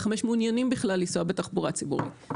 מעוניינים בכלל לנסוע בתחבורה הציבורית.